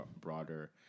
broader